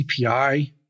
CPI